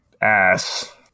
ass